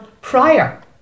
prior